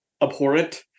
abhorrent